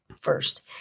first